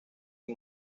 del